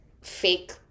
fake